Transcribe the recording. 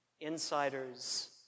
Insiders